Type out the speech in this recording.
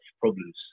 problems